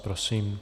Prosím.